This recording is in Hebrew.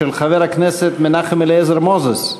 של חבר הכנסת מנחם אליעזר מוזס,